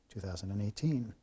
2018